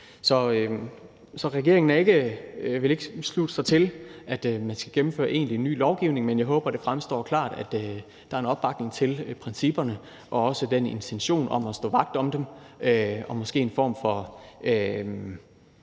Så regeringen vil ikke tilslutte sig, at man skal gennemføre egentlig ny lovgivning, men jeg håber, at det fremstår klart, at der er en opbakning til principperne og også til den intention om at stå vagt om dem – og måske en form for